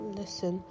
listen